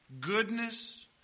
goodness